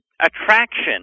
attraction